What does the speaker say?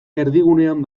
erdigunean